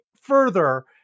further